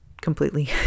completely